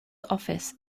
office